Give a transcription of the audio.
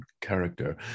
character